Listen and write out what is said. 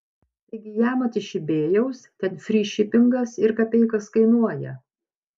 taigi jamat iš ibėjaus ten fry šipingas ir kapeikas kainuoja